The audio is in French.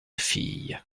filles